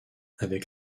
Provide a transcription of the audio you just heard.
avec